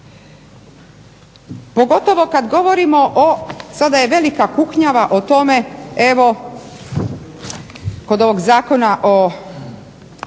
Pogotovo kada govorimo o sada je velika kuknjava o tome evo kod ovog Zakona o